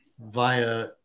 via